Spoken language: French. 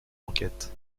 enquête